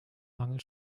mangel